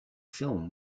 film